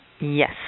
Yes